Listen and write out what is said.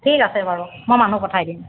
ঠিক আছে বাৰু মই মানুহ পঠাই দিম